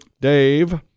Dave